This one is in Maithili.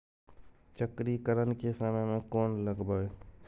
चक्रीकरन के समय में कोन लगबै?